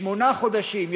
לשמונה חודשים,